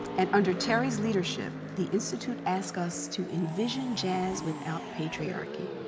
and under terry's leadership, the institute ask us to envision jazz without patriarchy.